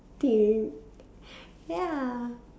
do you ya